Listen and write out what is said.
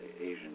Asian